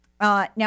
Now